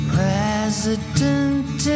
president